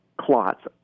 clots